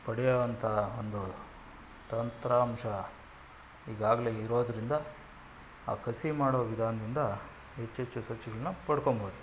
ಪಡೆಯುವಂಥ ಒಂದು ತಂತ್ರಾಂಶ ಈಗಾಗಲೇ ಇರೋದರಿಂದ ಆ ಕಸಿ ಮಾಡೋ ವಿಧಾನ್ದಿಂದ ಹೆಚ್ಚೆಚ್ಚು ಸಸಿಗಳನ್ನು ಪಡ್ಕೋಳ್ಬೋದು